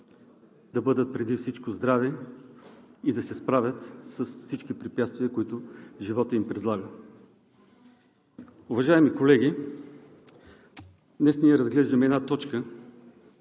да бъдат преди всичко здрави и да се справят с всички препятствия, които животът им предлага. Уважаеми колеги, днес ние разглеждаме една точка,